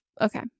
Okay